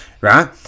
Right